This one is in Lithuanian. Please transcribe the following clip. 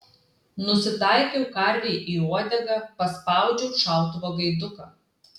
nusitaikiau karvei į uodegą paspaudžiau šautuvo gaiduką